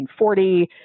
1940